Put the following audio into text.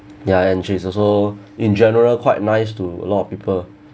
ya and she's also in general quite nice to a lot of people